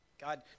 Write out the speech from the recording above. God